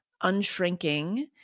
Unshrinking